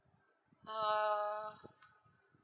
uh